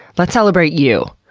let's celebrate you.